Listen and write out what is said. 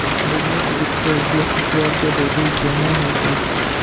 निगमित वित्त के उदेश्य शेयर के वृद्धि केनै होइत अछि